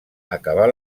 acabar